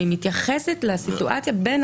והיא מתייחסת לסיטואציה בין